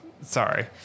Sorry